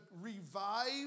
revive